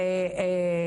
קיימת.